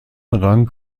rang